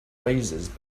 razors